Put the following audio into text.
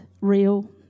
real